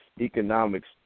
economics